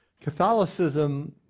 Catholicism